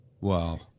Wow